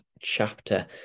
chapter